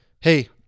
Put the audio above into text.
hey